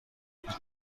بود